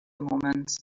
moment